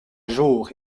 jour